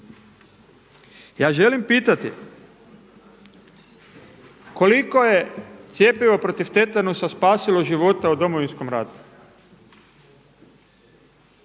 Ja želim pitati koliko je cjepivo protiv tetanusa spasilo živote u Domovinskom ratu?